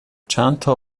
چندتا